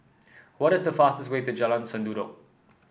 what is the fastest way to Jalan Sendudok